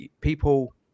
people